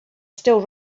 still